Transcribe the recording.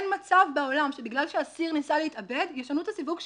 אין מצב בעולם שבגלל שאסיר ניסה להתאבד ישנו את הסיווג שלו.